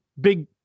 Big